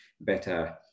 better